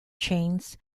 chains